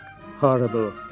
horrible